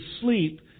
sleep